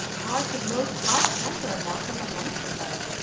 hearts of most hard temper melt and lament for her